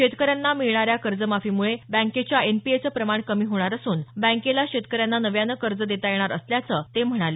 शेतकऱ्यांना मिळणाऱ्या कर्जमाफी मुळे बँकेच्या एन पी ए चं प्रमाण कमी होणार असून बँकेला शेतकऱ्यांना नव्यानं कर्ज देता येणार असल्याचं ते म्हणाले